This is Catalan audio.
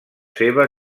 seva